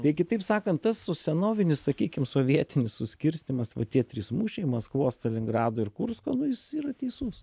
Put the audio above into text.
tai kitaip sakant tas su senovinis sakykim sovietinis suskirstymas va tie trys mūšiai maskvos stalingrado ir kursko nu jis yra teisus